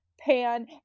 pan